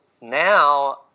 now